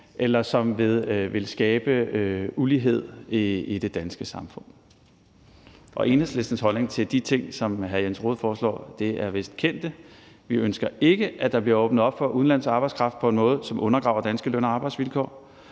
eller som vil skabe ulighed i det danske samfund. Enhedslistens holdning til de ting, som hr. Jens Rohde foreslår, er vist kendt. Vi ønsker ikke, at der bliver åbnet op for udenlandsk arbejdskraft på en måde, som undergraver danske løn- og arbejdsvilkår.